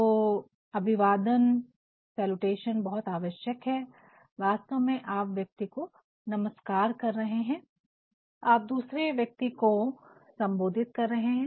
तो अभिवादन बहुत आवश्यक है वास्तव में आप व्यक्ति को नमस्कार कर रहे है आप दूसरे व्यक्ति को सम्बोधित कर रहे है